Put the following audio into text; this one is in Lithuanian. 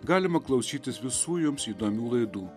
galima klausytis visų jums įdomių laidų